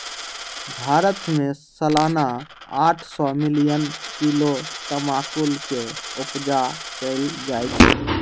भारत में सलाना आठ सौ मिलियन किलो तमाकुल के उपजा कएल जाइ छै